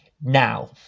now